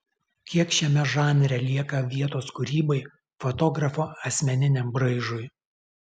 kiek šiame žanre lieka vietos kūrybai fotografo asmeniniam braižui